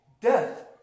death